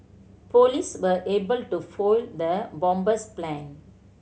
police were able to foil the bomber's plan